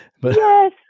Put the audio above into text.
Yes